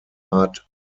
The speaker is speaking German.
art